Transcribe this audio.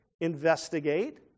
investigate